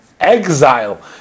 exile